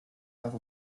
have